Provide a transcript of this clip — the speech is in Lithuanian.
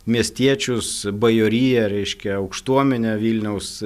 miestiečius bajoriją reiškia aukštuomenę vilniaus